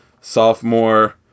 sophomore